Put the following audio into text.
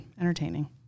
entertaining